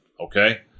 Okay